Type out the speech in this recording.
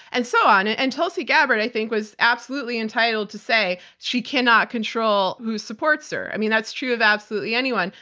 and so on. and tulsi gabbard, i think, was absolutely entitled to say she cannot control who supports her. i mean, that's true of absolutely anyone,